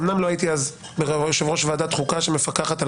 אמנם לא הייתי אז יושב-ראש ועדת חוקה שמפקחת על